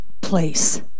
place